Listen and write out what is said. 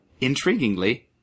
Intriguingly